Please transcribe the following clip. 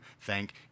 Thank